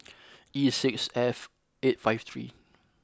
E six F eight five three